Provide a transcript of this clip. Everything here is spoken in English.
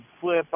flip